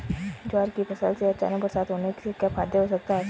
ज्वार की फसल में अचानक बरसात होने से क्या फायदा हो सकता है?